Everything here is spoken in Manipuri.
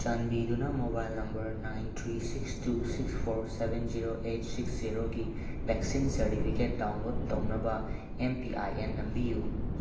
ꯆꯥꯟꯕꯤꯗꯨꯅ mobile number nine three six two six four seven zero eight six ꯖꯦꯔꯣꯒꯤ ꯕꯦꯛꯁꯤꯟ ꯁꯥꯔꯇꯤꯐꯤꯀꯦꯠ ꯗꯥꯎꯟꯂꯣꯠ ꯇꯧꯅꯕ ꯑꯦꯝ ꯄꯤ ꯑꯥꯏ ꯑꯦꯟ ꯅꯝꯕꯤꯌꯨ